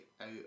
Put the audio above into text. out